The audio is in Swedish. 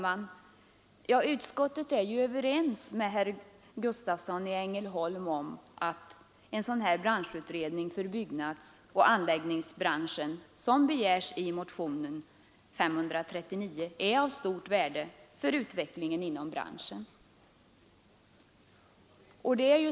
Herr talman! Utskottet är ju överens med herr Gustavsson i Ängelholm om att en sådan branschutredning för byggnadsoch anläggningsbranschen som begärs i motionen 539 är av stort värde för utvecklingen inom branschen.